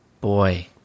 boy